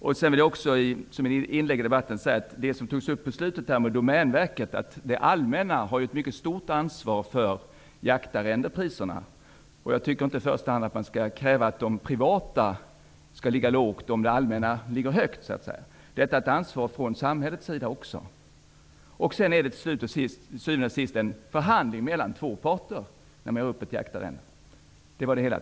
Jag vill också som ett inlägg i debatten säga beträffande det som avslutningsvis anfördes om Domänverket att det allmänna har ett mycket stort ansvar för jaktarrendepriserna. Jag tycker inte att man skall kräva att i första hand de privata intressenterna skall ligga lågt när det allmänna ligger högt. Också det allmänna har här ett ansvar. Till syvende och sist är det vid en uppgörelse om ett jaktarrende fråga om en förhandling mellan två parter.